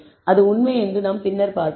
அது உண்மை என்று நாம் பின்னர் பார்ப்போம்